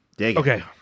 okay